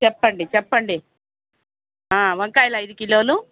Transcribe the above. చెప్పండి చెప్పండి వంకాయలు ఐదు కిలోలు